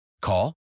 Call